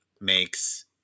makes